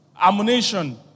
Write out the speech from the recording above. ammunition